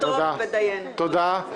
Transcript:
תודה.